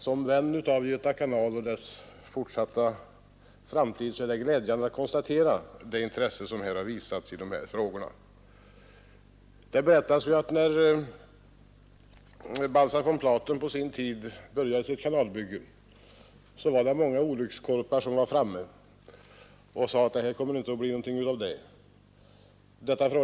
Som vän av Göta kanal vill jag konstatera detta. Det berättas att när Baltzar von Platen på sin tid började sitt kanalbygge var många olyckskorpar framme och sade, att det kommer inte att bli någonting av det här.